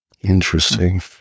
Interesting